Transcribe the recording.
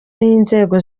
n’inzego